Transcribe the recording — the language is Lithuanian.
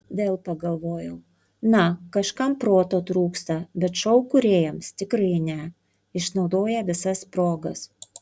vėl pagalvojau na kažkam proto trūksta bet šou kūrėjams tikrai ne išnaudoja visas progas